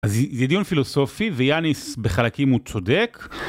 אז זה דיון פילוסופי ויאניס בחלקים הוא צודק.